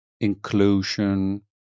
inclusion